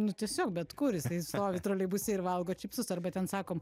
nu tiesiog bet kur jisai stovi troleibuse ir valgo čipsus arba ten sakom